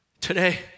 today